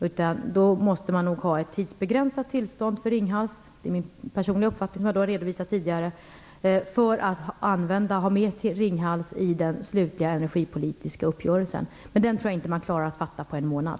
Man måste alltså ge ett tidsbegränsat tillstånd för Ringhals - det är min personliga uppfattning, som jag har redovisat tidigare - för att få med Ringhals i den slutliga energipolitiska uppgörelsen. Men jag tror alltså inte att man klarar att fatta de besluten på en månad.